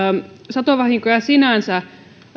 satovahinkoja sinänsä